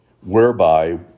whereby